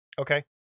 Okay